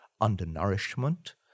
undernourishment